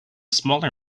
smaller